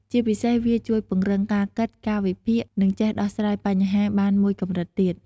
ជាពិសេស វាជួយពង្រឹងការគិត ការវិភាគ និងចេះដោះស្រាយបញ្ហាបានមួយកម្រិតទៀត។